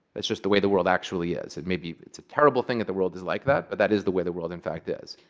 it's just the way the world actually is. maybe it's a terrible thing that the world is like that. but that is the way the world, in fact, is.